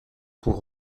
pour